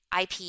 IP